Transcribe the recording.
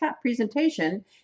presentation